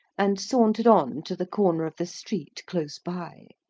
and sauntered on to the corner of the street close by.